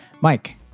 mike